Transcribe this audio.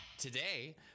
today